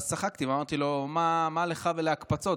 ואז צחקתי ואמרתי לו: מה לך ולהקפצות?